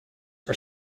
are